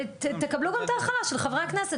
תקבלו גם את ההכלה של חברי הכנסת,